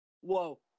Whoa